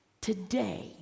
today